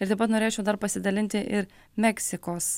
ir taip pat norėčiau dar pasidalinti ir meksikos